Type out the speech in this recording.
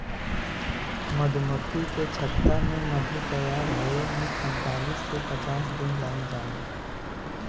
मधुमक्खी के छत्ता में मधु तैयार होये में पैंतालीस से पचास दिन लाग जाला